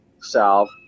salve